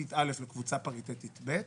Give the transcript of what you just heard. פריטטית א' לקבוצה פריטטית ב',